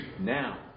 Now